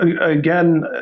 again